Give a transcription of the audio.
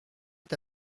est